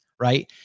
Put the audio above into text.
right